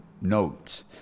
notes